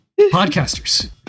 podcasters